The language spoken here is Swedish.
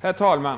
Herr talman!